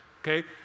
Okay